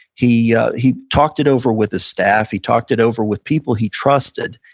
he he talked it over with his staff. he talked it over with people he trusted.